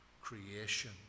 creation